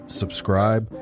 subscribe